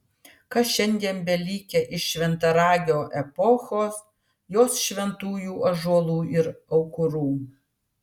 kas šiandien belikę iš šventaragio epochos jos šventųjų ąžuolų ir aukurų